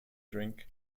drink